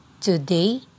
Today